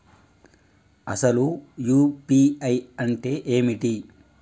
అసలు యూ.పీ.ఐ అంటే ఏమిటి?